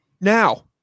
Now